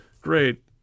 Great